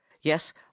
yes